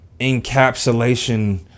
encapsulation